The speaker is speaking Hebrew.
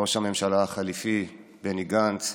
ראש הממשלה החליפי בני גנץ,